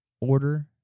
order